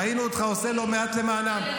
ראינו אותך עושה לא מעט למענם.